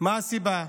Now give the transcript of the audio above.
מה הסיבה?